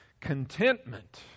Contentment